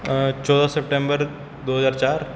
ਚੌਦ੍ਹਾਂ ਸੈਪਟੰਬਰ ਦੋ ਹਜ਼ਾਰ ਚਾਰ